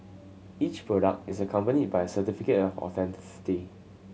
each product is accompanied by a certificate of authenticity